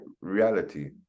reality